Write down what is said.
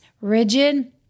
rigid